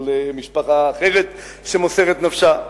או למשפחה אחרת שמוסרת נפשה,